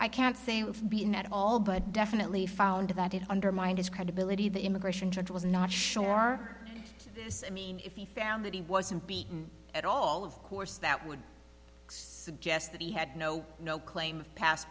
i can't say i have been at all but definitely found that it undermined his credibility the immigration judge was not sure this i mean if he found that he wasn't beaten at all of course that would suggest that he had no no claim of past